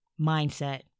Mindset